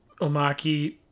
Omaki